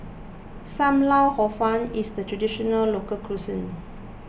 Sam Lau Hor Fun is a Traditional Local Cuisine